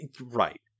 right